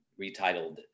retitled